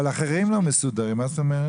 אבל אחרים לא מסודרים, מה זאת אומרת?